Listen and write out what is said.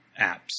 apps